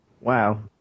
Wow